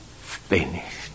finished